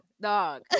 dog